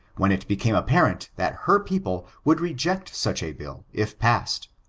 when it became apparent that her people would reject such a bill, if passed,